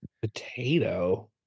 Potato